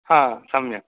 हा सम्यक्